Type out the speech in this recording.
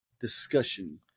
discussion